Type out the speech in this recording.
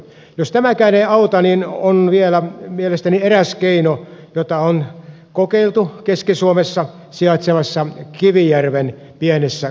jos tämäkään ei auta niin mielestäni on vielä eräs keino jota on kokeiltu keski suomessa sijaitsevassa kivijärven pienessä kunnassa